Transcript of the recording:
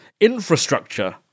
infrastructure